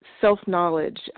Self-knowledge